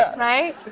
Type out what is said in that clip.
right?